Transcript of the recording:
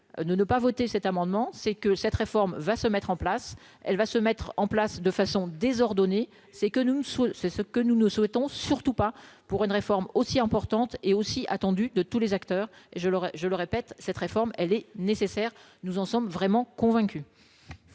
ne pas voter cet amendement, c'est que cette réforme va se mettre en place, elle va se mettre en place de façon désordonnée, c'est que nous, c'est ce que nous ne souhaitons surtout pas pour une réforme aussi importante et aussi attendu de tous les acteurs et je leur ai je le répète, cette réforme elle est nécessaire, nous en sommes vraiment convaincus.